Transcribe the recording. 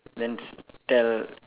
then s~ tell